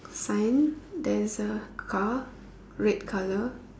sign there's a car red colour